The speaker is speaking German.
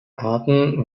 arten